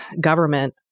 government